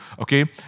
okay